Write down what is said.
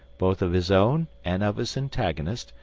both of his own and of his antagonist,